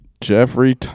Jeffrey